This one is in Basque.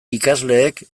ikasleek